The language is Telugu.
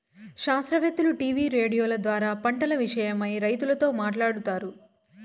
శాస్త్రవేత్తలు టీవీ రేడియోల ద్వారా పంటల విషయమై రైతులతో మాట్లాడుతారు